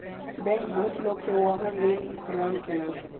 bank बहुत लोक के वाहन ऋण प्रदान केलक